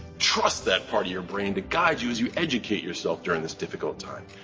trust that part of your brain to guide you as you educate yourself during this difficult time.